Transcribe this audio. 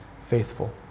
faithful